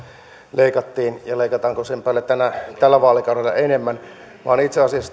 leikattiin ja leikataanko sen päälle tällä tällä vaalikaudella enemmän vaan itse asiassa